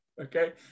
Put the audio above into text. Okay